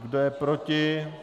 Kdo je proti?